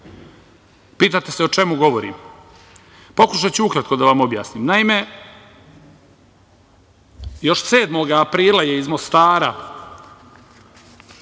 Pitate se o čemu govorim? Pokušaću ukratko da vam objasnim. Naime, još sedmog aprila je iz Mostara